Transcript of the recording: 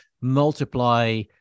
multiply